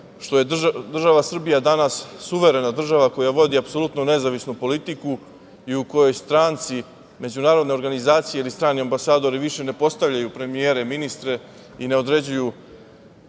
što je država Srbija danas suverena država koja vodi apsolutno nezavisnu politiku i u kojoj stranci, međunarodne organizacije i strani ambasadori više ne postavljaju premijere i ministre i ne određuju